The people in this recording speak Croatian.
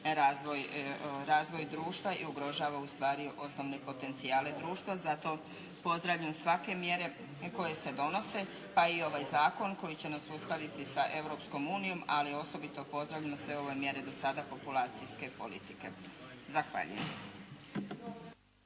razvoj društva i ugrožava ustvari osnovne potencijalne društva. Zato pozdravljam svake mjere koje se donose pa i ovaj zakon koji će nas uskladiti sa Europskom unijom, ali osobito pozdravljam sve ove mjere do sada populacijske politike. Zahvaljujem.